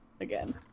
again